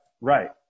right